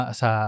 sa